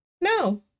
no